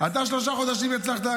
אתה בשלושה חודשים פה,